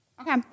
okay